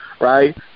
Right